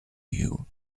you